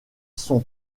son